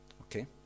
Okay